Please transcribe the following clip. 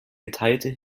geteilte